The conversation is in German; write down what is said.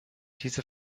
diese